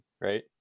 right